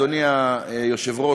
אדוני היושב-ראש,